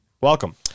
Welcome